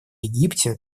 египте